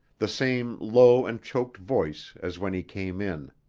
the same low and choked voice as when he came in.